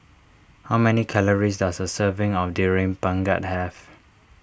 how many calories does a serving of Durian Pengat have